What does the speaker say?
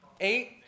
Eight